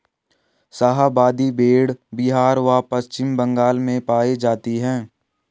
शाहाबादी भेड़ बिहार व पश्चिम बंगाल में पाई जाती हैं